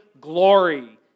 glory